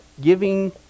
giving